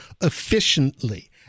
efficiently